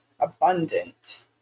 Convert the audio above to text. abundant